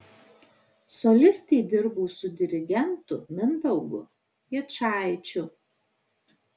solistė dirbo su dirigentu mindaugu piečaičiu